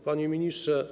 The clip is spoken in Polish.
Panie Ministrze!